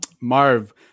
Marv